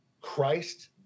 Christ